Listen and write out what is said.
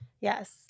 yes